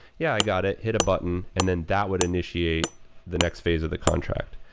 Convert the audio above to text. yeah, i got it. hit a button, and then that would initiate the next phase of the contract.